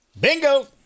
Bingo